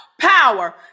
power